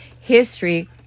history